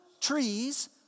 trees